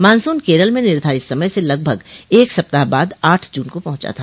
monsoon Kerala में निर्धारित समय से लगभग एक सप्ताह बाद आठ जून को पहुंचा था